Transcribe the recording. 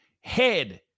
head